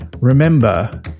remember